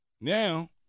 now